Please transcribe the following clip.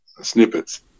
snippets